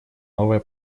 новая